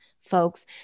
folks